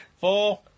Four